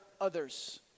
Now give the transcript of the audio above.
others